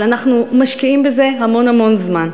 אבל אנחנו משקיעים בזה המון המון זמן.